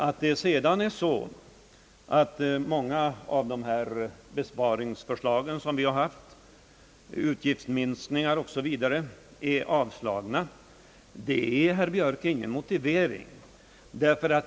Att sedan många av de förslag till besparingar som vi lagt fram är avslagna utgör, herr Björk, ingen motivering.